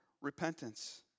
repentance